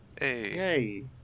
Yay